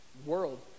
world